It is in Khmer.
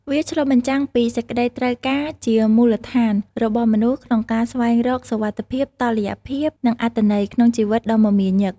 វាឆ្លុះបញ្ចាំងពី សេចក្ដីត្រូវការជាមូលដ្ឋានរបស់មនុស្សក្នុងការស្វែងរកសុវត្ថិភាព តុល្យភាព និងអត្ថន័យ ក្នុងជីវិតដ៏មមាញឹក។